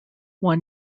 one